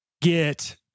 get